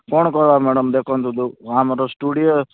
କ'ଣ କରିବା ମ୍ୟାଡ଼ମ୍ ଦେଖନ୍ତୁ ତ ଆମର ଷ୍ଟୁଡ଼ିଓ